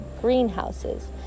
greenhouses